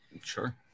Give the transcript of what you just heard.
Sure